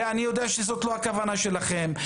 ואני יודע שזאת לא הכוונה שלכם.